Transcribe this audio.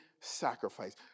sacrifice